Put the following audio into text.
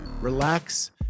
relax